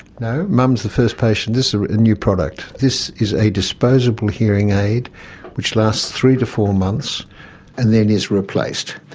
no, mum is the first patient, this is ah a new product. this is a disposable hearing aid which lasts three to four months and then is replaced.